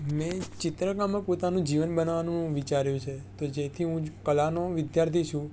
મેં ચિત્રકામના પોતાનું જીવન બનાવવાનું વિચાર્યું છે કે જેથી હું કલાનો વિદ્યાર્થી છું